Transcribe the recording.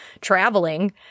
traveling